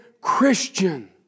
Christian